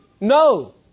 No